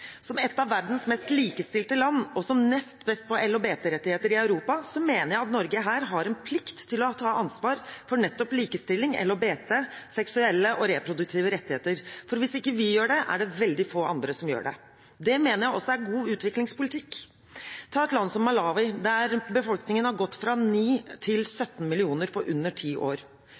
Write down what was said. Som et av verdens mest likestilte land, og som nest best på LHBT-rettigheter i Europa, mener jeg at Norge her har en plikt til å ta ansvar for nettopp likestilling, LHBT, seksuelle og reproduktive rettigheter. For hvis ikke vi gjør det, er det veldig få andre som gjør det. Det mener jeg også er god utviklingspolitikk. Ta et land som Malawi, der befolkningen har gått fra 9 millioner til 17 millioner på under ti år.